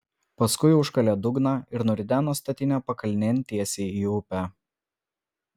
paskui užkalė dugną ir nurideno statinę pakalnėn tiesiai į upę